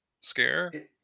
scare